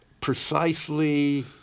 Precisely